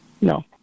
No